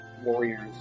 warrior's